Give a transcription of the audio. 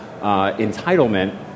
entitlement